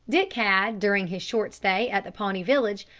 dick had, during his short stay at the pawnee village,